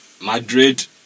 Madrid